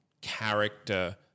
character